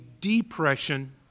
depression